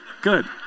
good